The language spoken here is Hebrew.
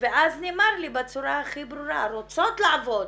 ואז נאמר לי בצורה ברורה, רוצות לעבוד,